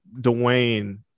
Dwayne